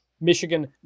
Michigan